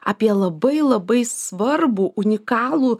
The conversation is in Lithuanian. apie labai labai svarbų unikalų